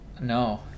No